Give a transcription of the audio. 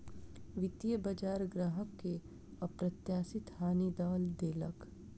वित्तीय बजार ग्राहक के अप्रत्याशित हानि दअ देलक